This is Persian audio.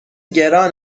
گران